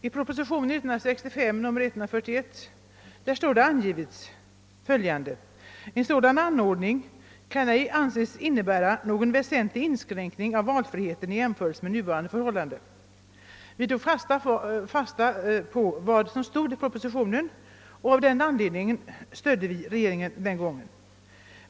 I propositionen 141 år 1965 heter det: »En sådan anordning kan ej anses innebära någon väsentlig inskränkning i valfriheten i jämförelse med nuvarande förhållanden.» Vi tog fasta på vad som stod i propositionen, och av den anledningen stödde vi den gången regeringen.